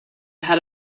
had